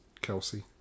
Kelsey